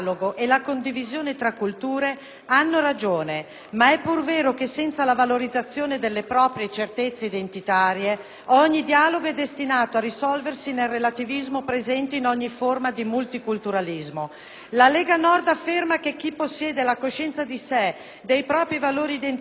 hanno ragione. Ma è pur vero che senza la valorizzazione delle proprie certezze identitarie, ogni dialogo è destinato a risolversi nel relativismo presente in ogni forma di multiculturalismo. La Lega Nord afferma che chi possiede la coscienza di sé, dei propri valori identitari e delle proprie radici culturali,